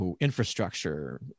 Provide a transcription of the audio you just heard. infrastructure